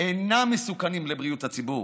אינם מסוכנים לבריאות הציבור,